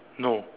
no